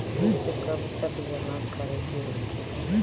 किस्त कब तक जमा करें के होखी?